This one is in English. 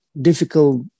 difficult